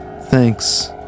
Thanks